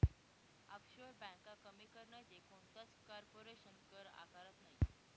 offshore ब्यांका कमी कर नैते कोणताच कारपोरेशन कर आकारतंस नयी